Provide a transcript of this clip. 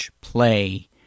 play